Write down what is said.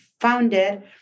founded